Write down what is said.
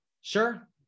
sure